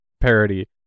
parody